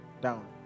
Down